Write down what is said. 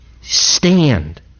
stand